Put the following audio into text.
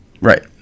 Right